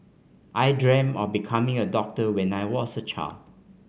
I dream of becoming a doctor when I was a child